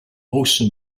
also